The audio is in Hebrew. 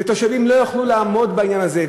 והתושבים לא יוכלו לעמוד בעניין הזה,